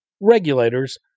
regulators